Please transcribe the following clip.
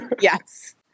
Yes